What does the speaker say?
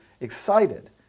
excited